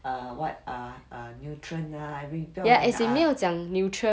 err what err err nutrient ah every